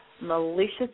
malicious